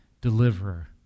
deliverer